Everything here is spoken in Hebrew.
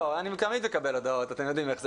לא, אני תמיד מקבל הודעות, אתם יודעים איך זה.